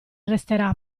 resterà